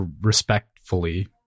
respectfully